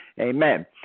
Amen